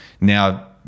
now